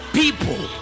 people